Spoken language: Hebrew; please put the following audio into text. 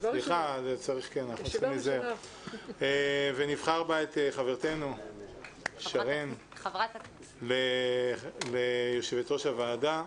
הוועדה ונבחר בה את חברתנו שרן ליו"ר הוועדה.